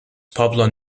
pablo